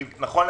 כי נכון,